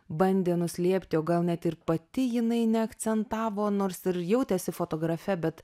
bandė nuslėpti o gal net ir pati jinai neakcentavo nors ir jautėsi fotografe bet